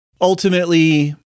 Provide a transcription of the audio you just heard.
ultimately